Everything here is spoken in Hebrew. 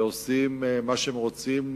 ועושים מה שהם רוצים,